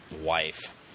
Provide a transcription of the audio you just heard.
wife